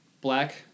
black